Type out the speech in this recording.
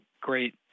great